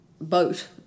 boat